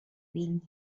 being